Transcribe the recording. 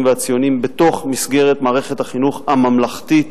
והציוניים בתוך מסגרת מערכת החינוך הממלכתית.